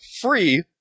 free